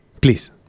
Please